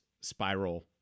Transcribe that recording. spiral